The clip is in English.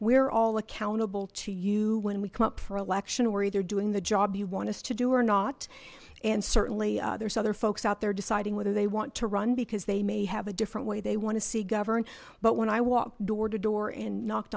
we're all accountable to you when we come up for election or either doing the job you want us to do or not and certainly there's other folks out there deciding whether they want to run because they may have a different way they want to see govern but when i walk door to door and knocked